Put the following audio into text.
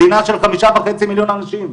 מדינה של חמישה וחצי מיליון אנשים.